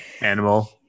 Animal